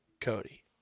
Cody